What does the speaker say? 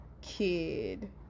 kid